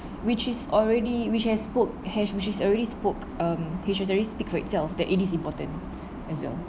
which is already which has spoke has which is already spoke um it has already speak for itself that it is important as well